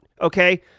okay